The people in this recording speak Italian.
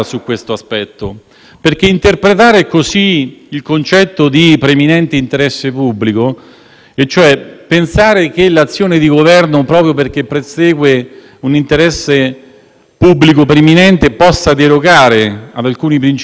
e cioè pensare che l'azione di Governo, proprio perché persegue un interesse pubblico preminente, possa derogare ad alcuni principi e ad alcune norme di legge, ci porta ad una visione dello Stato che credo sia da contrastare;